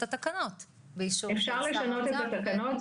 התקנות באישור שר האוצר --- אפשר לשנות את התקנות,